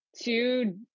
two